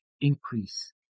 increase